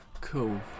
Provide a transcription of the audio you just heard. cool